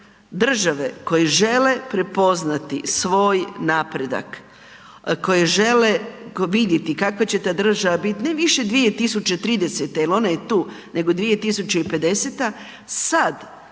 države koje žele prepoznati svoj napredak, koje žele vidjeti kakva će ta država biti, ne više 2030., jer ona je tu nego 2050., sad,